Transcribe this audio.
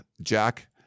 Jack